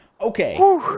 okay